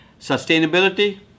Sustainability